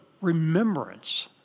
remembrance